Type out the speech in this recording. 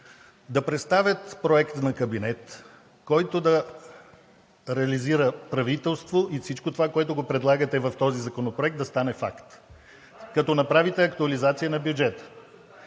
да представят проект на кабинет, който да реализира правителство, и всичко това, което предлагате в този законопроект, да стане факт, като направите актуализация на бюджета.